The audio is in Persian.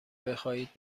بخواهید